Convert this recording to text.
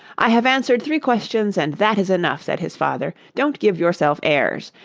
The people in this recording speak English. i have answered three questions, and that is enough said his father don't give yourself airs!